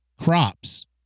crops